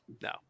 no